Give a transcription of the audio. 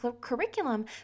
curriculum